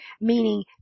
meaning